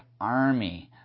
army